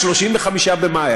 35 במאי.